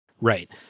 Right